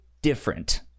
different